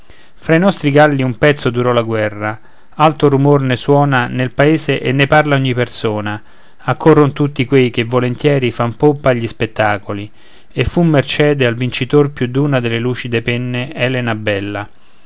fra i nostri galli un pezzo durò la guerra alto rumor ne suona nel paese e ne parla ogni persona accorron tutti quei che volentieri fan pompa agli spettacoli e fu mercede al vincitor più d'una dalle lucide penne elena bella